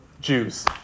Jews